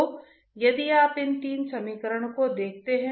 तो यह संतुलन लिखने का एक त्वरित तरीका है